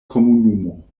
komunumo